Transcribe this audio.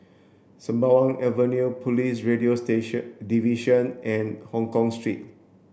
Sembawang Avenue Police Radio station Division and Hongkong Street